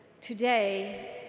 Today